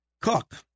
Cook